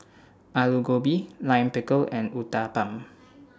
Alu Gobi Lime Pickle and Uthapam